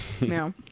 No